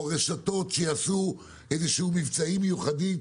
או רשתות שיעשו מבצעים מיוחדים,